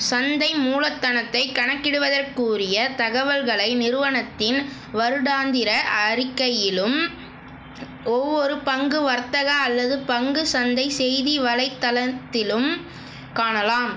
சந்தை மூலதனத்தை கணக்கிடுவதற்குரிய தகவல்களை நிறுவனத்தின் வருடாந்திர அறிக்கையிலும் ஒவ்வொரு பங்கு வர்த்தக அல்லது பங்கு சந்தை செய்தி வலைத்தளத்திலும் காணலாம்